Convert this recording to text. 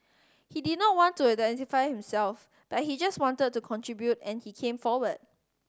he did not want to identify himself but he just wanted to contribute and he came forward